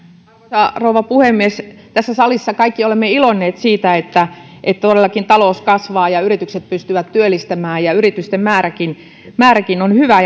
arvoisa rouva puhemies tässä salissa kaikki olemme iloinneet siitä että että todellakin talous kasvaa ja yritykset pystyvät työllistämään ja yritysten määräkin määräkin on hyvä